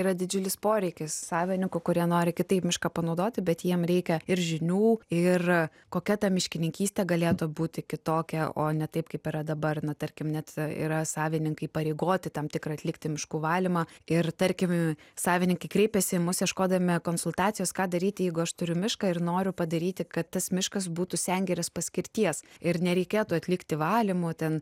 yra didžiulis poreikis savininkų kurie nori kitaip mišką panaudoti bet jiem reikia ir žinių ir kokia ta miškininkystė galėtų būti kitokia o ne taip kaip yra dabar nu tarkim net yra savininkai įpareigoti tam tikrą atlikti miškų valymą ir tarkim savininkai kreipiasi į mus ieškodami konsultacijos ką daryti jeigu aš turiu mišką ir noriu padaryti kad tas miškas būtų sengirės paskirties ir nereikėtų atlikti valymų ten